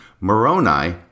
Moroni